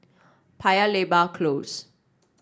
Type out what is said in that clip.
Paya Lebar Close